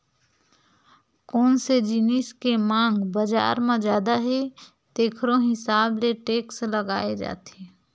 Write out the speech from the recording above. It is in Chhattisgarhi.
कोन से जिनिस के मांग बजार म जादा हे तेखरो हिसाब ले टेक्स लगाए जाथे